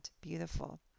Beautiful